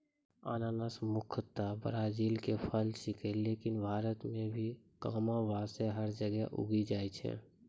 अनानस मुख्यतया ब्राजील के फल छेकै लेकिन भारत मॅ भी कमोबेश हर जगह उगी जाय छै